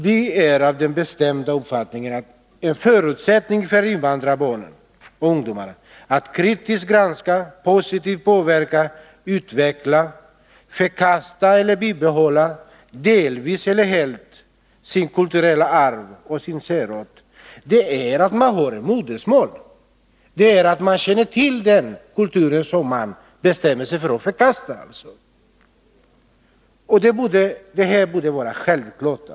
Vi är av den bestämda uppfattningen att en förutsättning för invandrarbarn och invandrarungdomar att kritiskt granska, positivt påverka, utveckla, förkasta eller bibehålla — delvis eller helt — sitt kulturella arv och sin särart är att de har ett modersmål, att de känner till den kultur som de bestämmer sig för att eventuellt förkasta. Detta borde vara självklart.